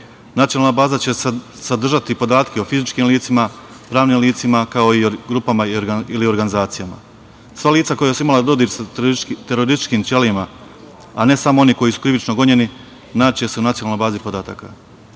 Nacionalna baza će sadržati podatke o fizičkim licima, pravnim licima, kao i grupama ili organizacijama. Sva lica koja su imala dodir sa terorističkim ćelijama, a ne samo oni koji su krivično gonjeni, naći se u Nacionalnoj bazi